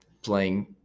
playing